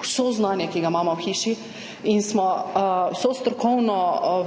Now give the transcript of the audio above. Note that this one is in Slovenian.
vse znanje, ki ga imamo v hiši in smo vse strokovno